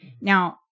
Now